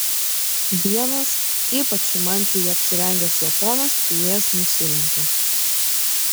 vienas ypač įmantriai apsirengęs japonas priėjęs nusilenkė